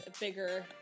bigger